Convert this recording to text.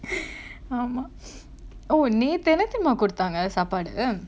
ஆமா:aamaa oh நேத்து என்ன தெரிமா குடுத்தாங்க சாப்பாடு:naethu enna therimaa kuduthaanga saappaadu